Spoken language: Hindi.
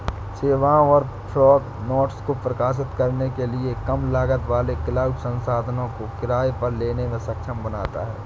सेवाओं और फॉग नोड्स को प्रकाशित करने के लिए कम लागत वाले क्लाउड संसाधनों को किराए पर लेने में सक्षम बनाता है